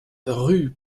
rue